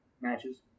matches